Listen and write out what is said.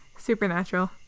supernatural